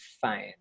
fine